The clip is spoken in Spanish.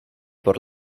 por